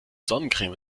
sonnencreme